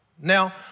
Now